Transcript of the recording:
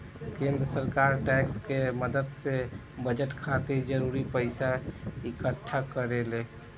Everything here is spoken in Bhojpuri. केंद्र सरकार टैक्स के मदद से बजट खातिर जरूरी पइसा इक्कठा करेले